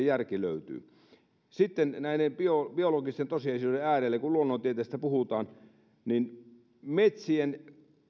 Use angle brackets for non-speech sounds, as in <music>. <unintelligible> järki löytyy sitten näiden biologisten tosiasioiden äärelle kun luonnontieteistä puhutaan niin metsien